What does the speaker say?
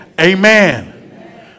amen